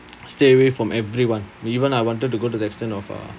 stay away from everyone even I wanted to go to the extent of uh